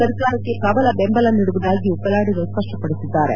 ಸರ್ಕಾರಕ್ಕೆ ಪ್ರಬಲ ಬೆಂಬಲ ನೀಡುವುದಾಗಿಯೂ ಪಲ್ಲಾಡಿನೋ ಸ್ಪಷ್ಟಪಡಿಸಿದ್ದಾರೆ